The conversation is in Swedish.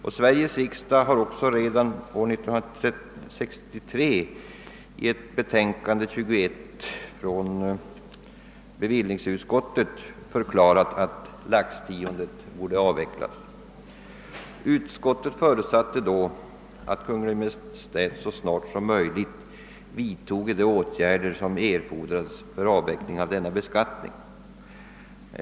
I Sveriges riksdag skrev bevillningsutskottet i sitt betänkande nr 21 år 1963 att laxtiondet borde avvecklas, och utskottet förutsatte då att Kungl. Maj:t så snart som möjligt skulle vidta erforderliga åtgärder för en avveckling av denna beskattning.